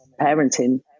Parenting